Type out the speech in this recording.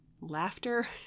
Laughter